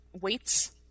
weights